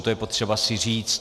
To je potřeba si říct.